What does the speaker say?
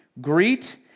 Greet